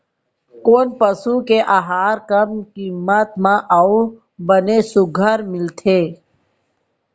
कोन पसु के आहार कम किम्मत म अऊ बने सुघ्घर मिलथे?